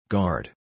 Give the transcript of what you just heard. Guard